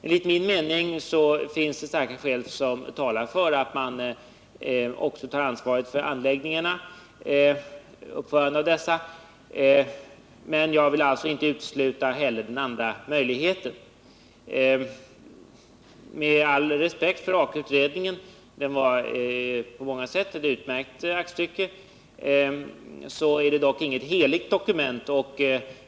Enligt min mening finns det starka skäl som talar för att de också tar ansvaret för anläggningarna, men jag vill alltså inte utesluta den andra möjligheten. Aka-utredningen var på många sätt ett utmärkt aktstycke, men med all respekt för den blev det dock inget heligt dokument.